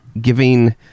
giving